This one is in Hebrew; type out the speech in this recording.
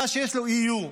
מה שיש לו EU,